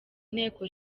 nteko